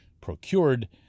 procured